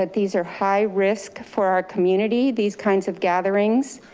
but these are high risk for our community, these kinds of gatherings.